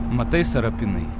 matai sarapinai